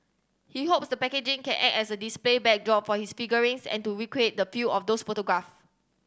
he hopes the packaging can act as a display backdrop for his figurines and to recreate the pill of those photograph